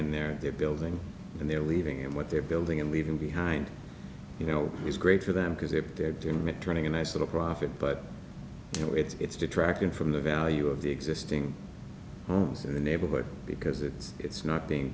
in there they're building and they're leaving and what they're building and leaving behind you know is great for them because if they're doing returning a nice little profit but you know it's detracting from the value of the existing homes in the neighborhood because it's it's not being